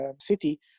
city